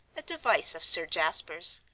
a device of sir jasper's.